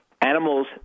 animals